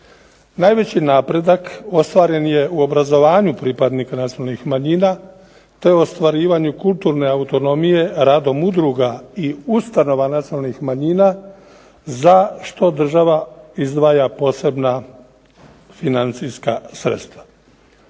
Najveći napredak ostvaren je u obrazovanju pripadnika nacionalnih manjina, te ostvarivanju kulturne autonomije radom udruga i ustanova nacionalnih manjina za što država izdvaja posebna financijska sredstva.